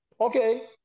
Okay